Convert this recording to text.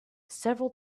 several